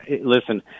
Listen